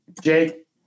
Jake